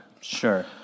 Sure